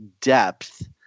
depth